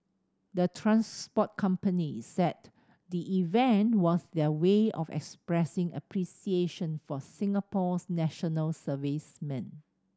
the transport companies said the event was their way of expressing appreciation for Singapore's national servicemen